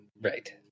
right